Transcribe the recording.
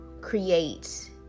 create